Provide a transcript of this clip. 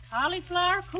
Cauliflower